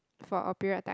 for a period time